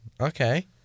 okay